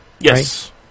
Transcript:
Yes